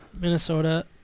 Minnesota